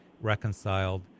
reconciled